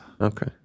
Okay